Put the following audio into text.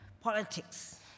politics